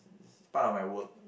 it's part of my work